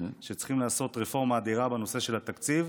שצריכים לעשות רפורמה אדירה בנושא של התקציב,